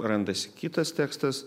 randasi kitas tekstas